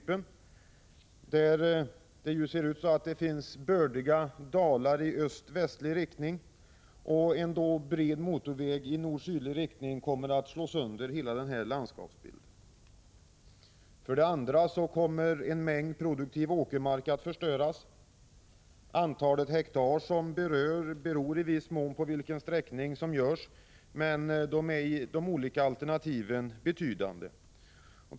Landskapstypen i Bohuslän med sina bördiga dalar i väst-östlig riktning är synnerligen illa lämpad för en motorväg i nord-sydlig riktning, vilken kommer att slå sönder hela landskapsbilden. 2. Produktiv åkermark kommer att förstöras. Antalen hektar som berörs beror i viss mån på vilken sträckning som görs, men är i alla alternativ betydande.